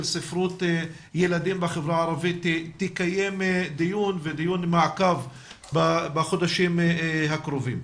ספרות ילדים בחברה הערבית תקיים דיון ודיון מעקב בחודשים הקרובים.